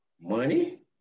money